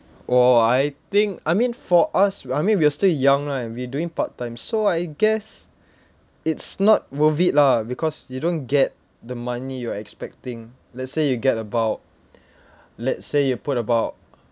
oh I think I mean for us I mean we're still young ah and we're doing part-time so I guess it's not worth it lah because you don't get the money you are expecting let's say you get about let's say you put about